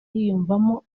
yiyumvamo